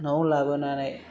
नआव लाबोनानै